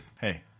Hey